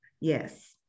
yes